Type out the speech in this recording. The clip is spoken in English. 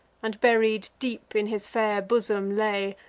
and buried deep in his fair bosom lay.